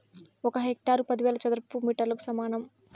ఒక హెక్టారు పదివేల చదరపు మీటర్లకు సమానం